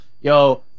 yo